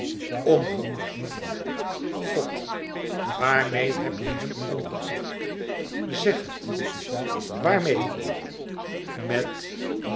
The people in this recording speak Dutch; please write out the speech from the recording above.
omgekocht god waarmeê heb je hem omgekocht zeg het waarmeê waarmeê met met